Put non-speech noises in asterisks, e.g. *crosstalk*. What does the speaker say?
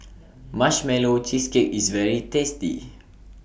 *noise* Marshmallow Cheesecake IS very tasty